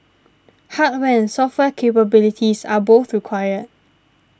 hardware and software capabilities are both required